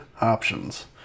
options